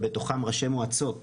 ובתוכם ראשי מועצות,